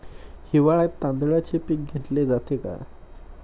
हिवाळ्यात तांदळाचे पीक घेतले जाते का?